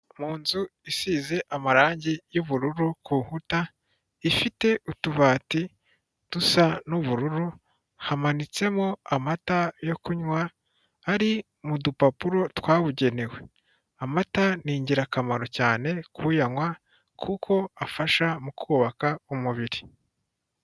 Mu nzu isize amarangi y'ubururu ku nkuta ifite utubati dusa n'ubururu, hamanitsemo amata yo kunywa ari mu dupapuro twabugenewe. Amata ni ingirakamaro cyane k'uyanywa kuko afasha mu kubaka umubiri.